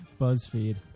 Buzzfeed